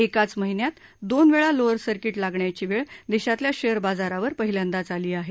एकाच महिन्यात दोन वेळा लोअर सर्किट लागण्याची वेळ देशातल्या शेअर बाजारांवर पहिल्यांदाच आली आहे